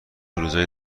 روزای